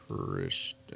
Christian